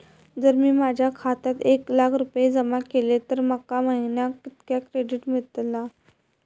जर मी माझ्या खात्यात एक लाख रुपये जमा केलय तर माका महिन्याक कितक्या क्रेडिट मेलतला?